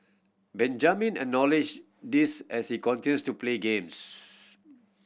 Benjamin acknowledge this as the continue to play games